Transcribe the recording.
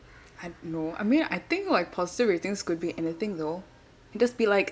I no I mean I think like positive ratings could be anything though can just be like